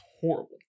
horrible